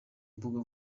mbuga